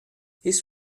his